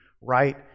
right